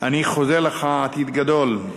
אני חוזה לך עתיד גדול.